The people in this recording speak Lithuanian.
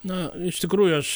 na iš tikrųjų aš